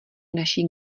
naší